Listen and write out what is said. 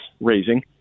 raising